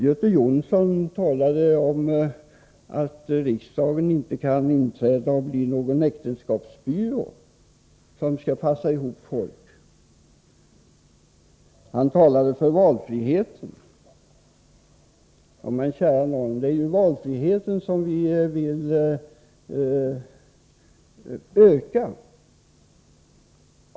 Göte Jonsson nämnde något om att riksdagen inte kan träda in och fungera som en äktenskapsbyrå som skall passa ihop folk. Han talade för valfriheten. Men kära nån, det är ju valfriheten vi vill öka!